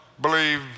believe